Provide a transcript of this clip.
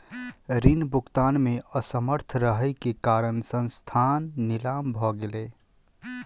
ऋण भुगतान में असमर्थ रहै के कारण संस्थान नीलाम भ गेलै